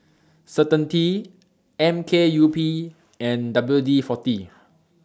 Certainty M K U P and W D forty